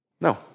No